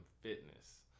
fitness